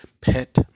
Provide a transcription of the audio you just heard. Pet